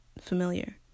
familiar